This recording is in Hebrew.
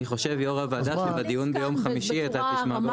אני חושב יו"ר הוועדה שבדיון ביום חמישי אתה תשמע.